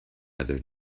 other